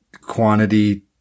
quantity